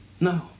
No